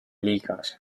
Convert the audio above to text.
liigas